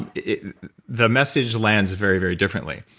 and the message lands very, very differently.